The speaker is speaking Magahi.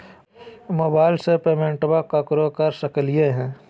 मोबाइलबा से पेमेंटबा केकरो कर सकलिए है?